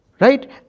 right